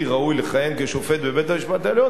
ראוי לכהן כשופט בבית-המשפט העליון,